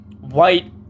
White